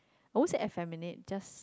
always say effiminate just